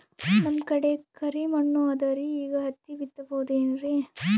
ನಮ್ ಕಡೆ ಕರಿ ಮಣ್ಣು ಅದರಿ, ಈಗ ಹತ್ತಿ ಬಿತ್ತಬಹುದು ಏನ್ರೀ?